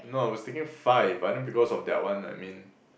no was taking five but I think because of that one I mean